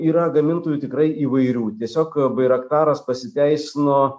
yra gamintojų tikrai įvairių tiesiog bairaktaras pasiteisino